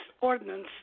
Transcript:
ordinance